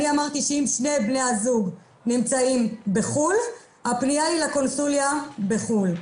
אני אמרתי שאם שני בני הזוג נמצאים בחו"ל הפנייה היא לקונסוליה בחו"ל,